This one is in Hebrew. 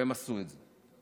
והם עשו את זה.